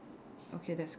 okay that's correct